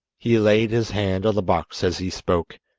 he laid his hand on the box as he spoke,